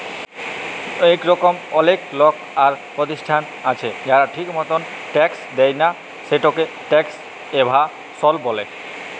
ইরকম অলেক লক আর পরতিষ্ঠাল আছে যারা ঠিক মতল ট্যাক্স দেয় লা, সেটকে ট্যাক্স এভাসল ব্যলে